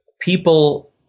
people